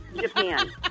Japan